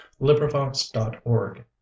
Librivox.org